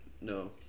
No